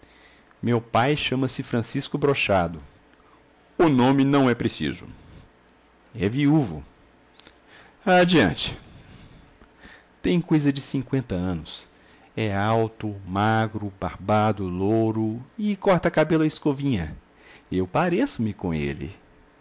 meu pai chama-se francisco brochado o nome não é preciso é viúvo adiante tem coisa de cinqüenta anos é alto magro barbado louro e corta cabelo à escovinha eu pareço-me com ele